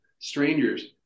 strangers